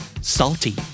Salty